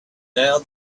now